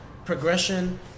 ...progression